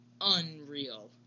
unreal